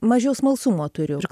mažiau smalsumo turiu